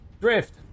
Drift